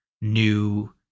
new